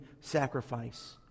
sacrifice